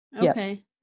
Okay